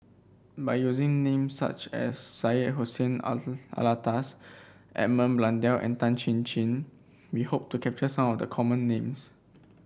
by using names such as Syed Hussein Alatas Edmund Blundell and Tan Chin Chin we hope to capture some of the common names